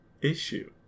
issue